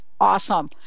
awesome